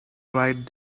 right